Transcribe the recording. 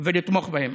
ולתמוך בהן.